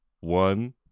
one